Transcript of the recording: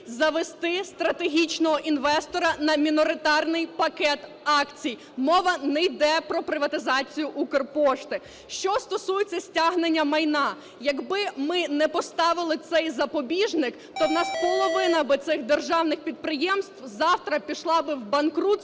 завести стратегічного інвестора на міноритарний пакет акцій. Мова не йде про приватизацію "Укрпошти". Що стосується стягнення майна. Якби ми не поставили цей запобіжник, то у нас половина державних цих підприємств завтра пішла би в банкрутство